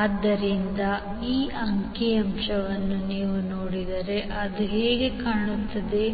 ಆದ್ದರಿಂದ ಈ ಅಂಕಿ ಅಂಶವನ್ನು ನೀವು ನೋಡಿದರೆ ಅದು ಹೇಗೆ ಕಾಣುತ್ತದೆ